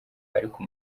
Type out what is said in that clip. ariko